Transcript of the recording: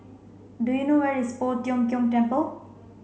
do you know where is Poh Tiong Kiong Temple